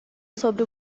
sobre